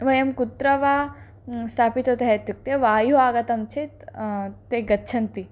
वयं कुत्र वा स्थापितवन्तः इत्युक्ते वायुः आगतं चेत् ते गच्छन्ति